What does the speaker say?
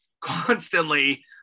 constantly